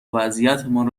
وضعیتمان